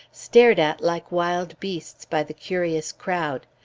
stared at like wild beasts by the curious crowd.